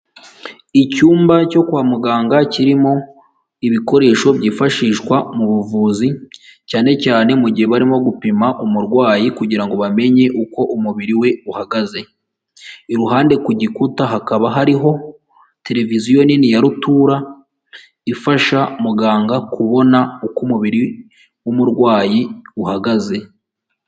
Icyumba cyo kwa muganga kirimo ibikoresho byifashishwa mu buvuzi, cyane cyane mu gihe barimo gupima umurwayi kugira ngo bamenye uko umubiri we uhagaze, iruhande ku gikuta hakaba hariho televiziyo nini ya rutura ifasha muganga kubona uko umubiri w'umurwayi uhagaze.